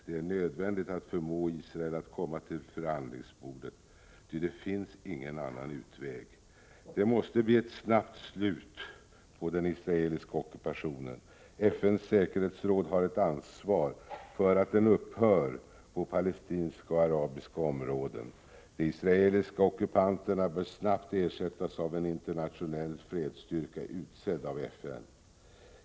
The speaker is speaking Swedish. Det är nödvändigt att förmå Israel att komma till förhandlingsbordet, ty det finns ingen annan utväg. Det måste bli ett snabbt slut på den israeliska ockupationen. FN:s säkerhetsråd har ett ansvar för att den upphör på palestinska och arabiska områden. De israeliska ockupanterna bör snabbt ersättas av en internationell fredsstyrka utsedd av FN.